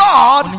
God